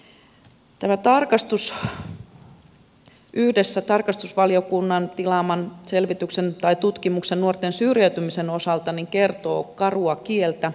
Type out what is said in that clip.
tämä tarkastus yhdessä tarkastusvaliokunnan tilaaman nuorten syrjäytymistä koskevan tutkimuksen kanssa kertoo karua kieltä